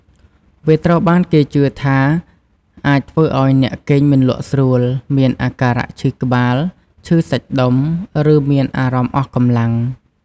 វាត្រូវបានគេជឿថាអាចធ្វើឱ្យអ្នកគេងមិនលក់ស្រួល មានអាការៈឈឺក្បាល ឈឺសាច់ដុំ ឬមានអារម្មណ៍អស់កម្លាំង។